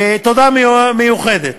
ותודה מיוחדת,